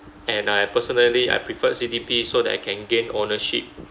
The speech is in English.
and I personally I prefer C_D_P so that I can gain ownership